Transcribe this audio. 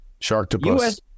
Sharktopus